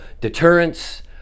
deterrence